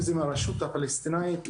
אם זה מהרשות הפלסטינאית,